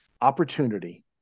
opportunity